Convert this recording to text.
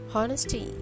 Honesty